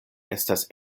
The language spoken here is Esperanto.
estas